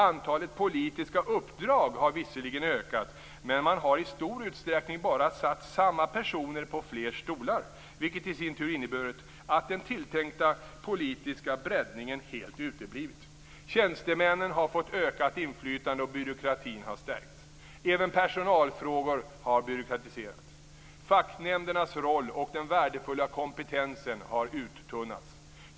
Antalet politiska uppdrag har visserligen ökat, men man har i stor utsträckning bara satt samma personer på fler stolar, vilket i sin tur inneburit att den tilltänkta politiska breddningen helt uteblivit. Tjänstemännen har fått ökat inflytande och byråkratin har stärkt. Även personalfrågor har byråkratiserats. Facknämndernas roll och den värdefulla kompetensen har uttunnats.